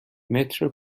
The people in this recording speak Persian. متر